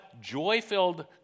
joy-filled